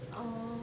orh